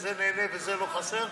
זה נהנה וזה לא חסר,